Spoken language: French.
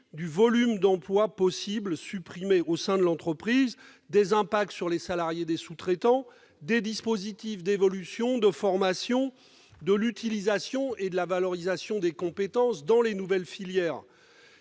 du volume d'emplois possibles supprimés au sein de l'entreprise, des effets sur les salariés des sous-traitants, des dispositifs d'évolution, de formation, ainsi que de l'utilisation et de la valorisation des compétences dans les nouvelles filières.